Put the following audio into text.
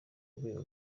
urwego